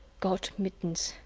got mittens.